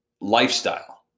lifestyle